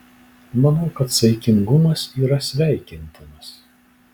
manau kad saikingumas yra sveikintinas